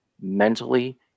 mentally